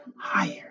higher